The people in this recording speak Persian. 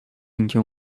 اینکه